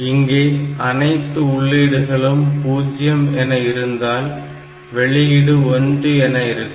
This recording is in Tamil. இங்கே அனைத்து உள்ளீடுகளும் 0 என இருந்தால் வெளியீடு 1 என இருக்கும்